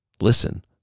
Listen